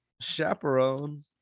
chaperone